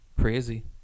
crazy